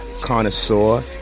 Connoisseur